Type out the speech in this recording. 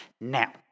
Now